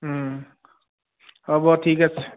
হ'ব ঠিক আছে